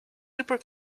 super